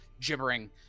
gibbering